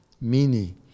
Mini